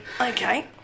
Okay